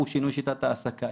הוא שינוי שיטת העסקה,